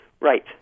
Right